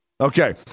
okay